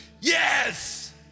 Yes